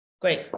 great